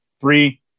three